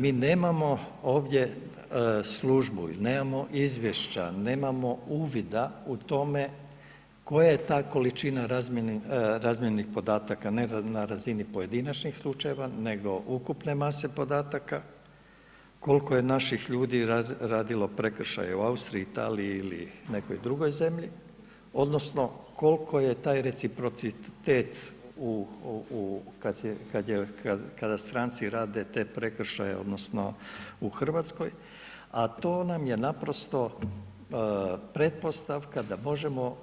Mi nemamo ovdje službu i nemamo izvješća, nemamo uvida u tome koja je ta količina razmijenjenih podataka ne na razini pojedinačnih slučajeva nego ukupne mase podataka, koliko je naših ljudi radilo prekršaje u Austriji, Italiji ili nekoj drugoj zemlji, odnosno koliko je taj reciprocitet kada stranci rade te prekršaje odnosno u Hrvatskoj a to nam je naprosto pretpostavka da možemo